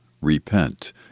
repent